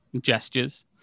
gestures